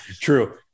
True